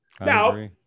Now